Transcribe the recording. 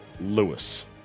Lewis